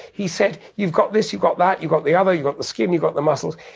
he said, you've got this. you've got that. you've got the other. you've got the skin. you've got the muscles.